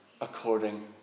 according